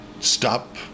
stop